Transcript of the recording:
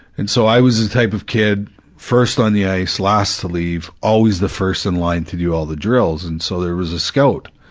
and so i was the type of kid first on the ice, last to leave, always the first in line to do all the drills, and so there was a scout,